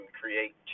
create